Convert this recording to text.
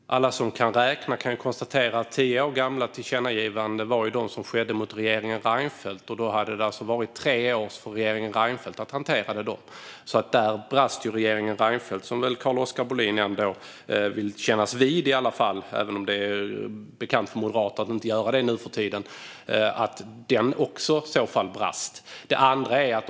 Fru talman! Alla som kan räkna kan konstatera att tio år gamla tillkännagivanden var de som riktades till regeringen Reinfeldt. Det var alltså under tre år som det var regeringen Reinfeldt som hade att hantera detta. Där brast regeringen Reinfeldt, som väl Carl-Oskar Bohlin i alla fall vill kännas vid, även om det som bekant inte är Moderaternas linje att göra det nu för tiden. Men det var också denna regering som i så fall brast.